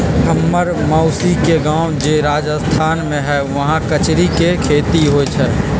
हम्मर मउसी के गाव जे राजस्थान में हई उहाँ कचरी के खेती होई छई